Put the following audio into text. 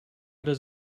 does